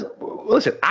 Listen